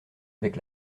avec